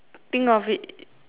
think of it